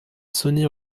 sonny